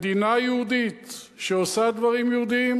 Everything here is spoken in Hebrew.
מדינה יהודית שעושה דברים יהודיים,